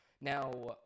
Now